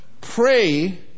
Pray